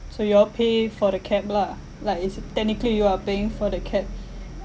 so you all pay for the cab lah like it's technically you are paying for the cab